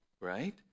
right